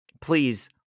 Please